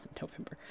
November